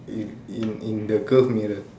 in in in the curve mirror